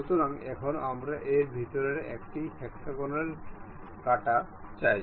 সুতরাং এখন আমরা এর ভিতরে একটি হেক্সাগোনাল কাটা চাই